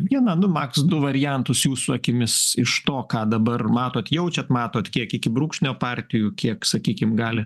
vieną nu maks du variantus jūsų akimis iš to ką dabar matot jaučiat matot kiek iki brūkšnio partijų kiek sakykim gali